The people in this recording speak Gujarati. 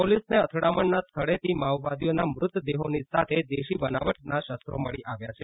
પોલીસોને અથડામણના સ્થળેથી માઓવાદીઓના મ્રતદેહોની સાથે દેશી બનાવટના શસ્ત્રો મળી આવ્યા છે